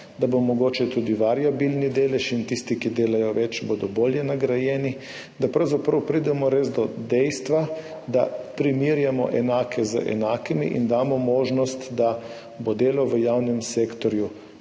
da bo mogoče tudi variabilni delež in tisti, ki delajo več, bodo bolje nagrajeni, da pravzaprav pridemo res do dejstva, da primerjamo enake z enakimi in damo možnost, da bo delo v javnem sektorju